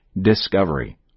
Discovery